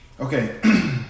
Okay